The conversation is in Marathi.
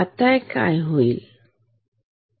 आता काय होईल